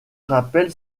rappelle